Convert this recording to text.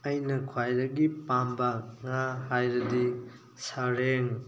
ꯑꯩꯅ ꯈ꯭ꯋꯥꯏꯗꯒꯤ ꯄꯥꯝꯕ ꯉꯥ ꯍꯥꯏꯔꯗꯤ ꯁꯥꯔꯦꯡ